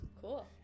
Cool